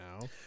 now